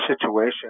situation